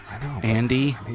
Andy